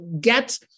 get